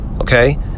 okay